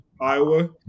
Iowa